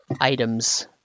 items